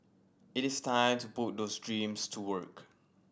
it is time to put those dreams to work